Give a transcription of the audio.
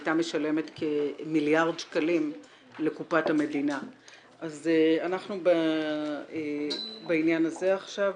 היא היתה משלמת כמיליארד שקלים לקופת המדינה אנחנו בעניין הזה עכשיו.